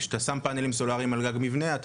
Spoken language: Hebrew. כשאתה שם פאנלים סולריים על גג מבנה אתה